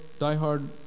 diehard